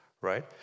right